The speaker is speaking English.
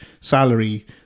salary